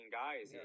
guys